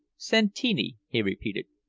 santini? he repeated.